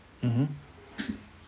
mmhmm